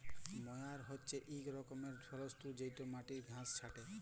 ময়ার হছে ইক রকমের যল্তর যেটতে মাটির ঘাঁস ছাঁটে